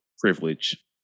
privilege